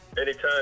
Anytime